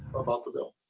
about the bill.